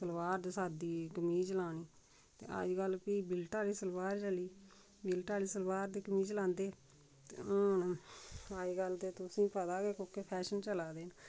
सलबार ते साद्धी कमीज लानी ते अज्जकल फ्ही बिल्टा आह्ली सलवार चली बिल्टा आह्ली सलवार ते कमीज लांदे ते हून अज्जकल ते तुसेंई पता गै कोह्के फैशन चला दे न